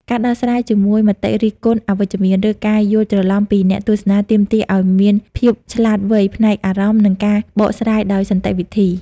ការដោះស្រាយជាមួយមតិរិះគន់អវិជ្ជមាន ឬការយល់ច្រឡំពីអ្នកទស្សនា ទាមទារឱ្យមានភាពឆ្លាតវៃផ្នែកអារម្មណ៍ និងការបកស្រាយដោយសន្តិវិធី។